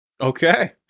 Okay